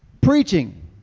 preaching